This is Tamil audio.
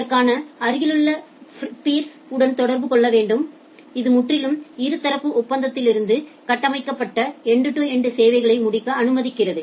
இதற்காக அருகிலுள்ள பீா்ஸ் உடன் தொடர்பு கொள்ள வேண்டும் இது முற்றிலும் இருதரப்பு ஒப்பந்தத்திலிருந்து கட்டமைக்கப்பட்ட எண்டு டு எண்டு சேவைகளை முடிக்க அனுமதிக்கிறது